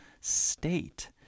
state